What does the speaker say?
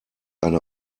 eine